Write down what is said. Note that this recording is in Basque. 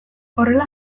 horrela